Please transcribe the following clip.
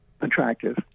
attractive